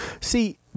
see